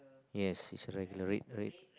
yes is the right on the leg right